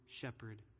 shepherd